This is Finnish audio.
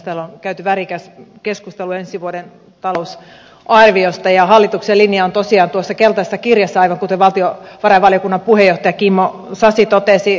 täällä on käyty värikäs keskustelu ensi vuoden talousarviosta ja hallituksen linja on tosiaan tuossa keltaisessa kirjassa aivan kuten valtiovarainvaliokunnan puheenjohtaja kimmo sasi totesi